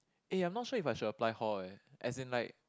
eh I'm not sure if I should apply hall as in like